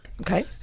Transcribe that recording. Okay